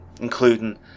including